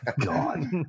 God